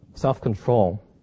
self-control